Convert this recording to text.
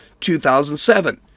2007